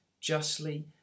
justly